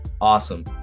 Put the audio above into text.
Awesome